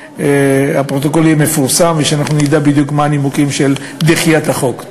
שהפרוטוקול יפורסם ונדע בדיוק מה הם הנימוקים לדחיית החוק.